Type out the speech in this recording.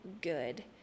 good